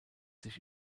sich